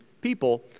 people